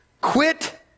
quit